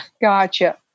gotcha